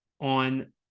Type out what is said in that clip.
on